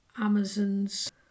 Amazon's